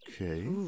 Okay